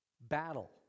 battle